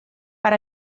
per